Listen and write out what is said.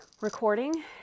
recording